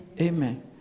Amen